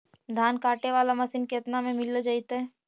धान काटे वाला मशीन केतना में मिल जैतै?